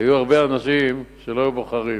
היו הרבה אנשים שלא היו בוחרים.